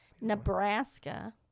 nebraska